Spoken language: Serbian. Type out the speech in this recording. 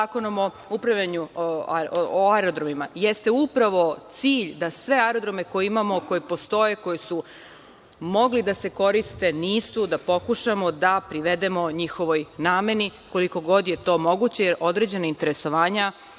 zakonom o aerodromima, jeste upravo cilj da sve aerodrome koje imamo, koji postoje, koji su mogli da se koriste, a nisu, da pokušamo da privedemo njihovoj nameni, koliko god je to moguće, jer određena interesovanja,